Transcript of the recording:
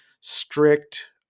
strict